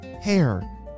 hair